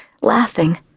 laughing